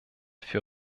für